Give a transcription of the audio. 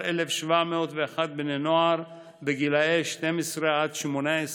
12,701 בני נוער בגילי 12 עד 18,